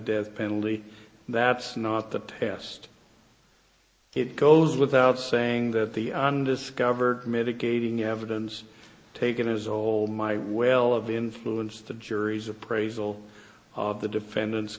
death penalty that's not the best it goes without saying that the undiscovered mitigating evidence to give his old my will of influence the jury's appraisal of the defendant's